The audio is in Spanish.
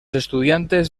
estudiantes